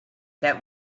that